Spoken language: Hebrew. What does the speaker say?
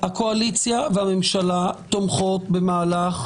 הקואליציה והממשלה תומכות במהלך,